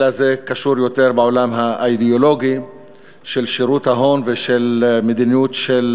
אלא זה קשור יותר בעולם האידיאולוגי של שירות ההון ושל מדיניות של